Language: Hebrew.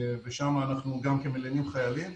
ושם אנחנו גם כן מלינים חיילים.